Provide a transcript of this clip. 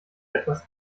etwas